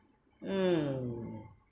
mm